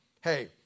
Hey